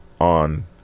on